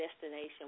destination